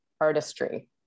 artistry